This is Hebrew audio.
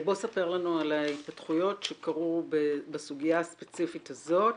בוא ספר לנו על ההתפתחויות שקרו בסוגיה הספציפית הזאת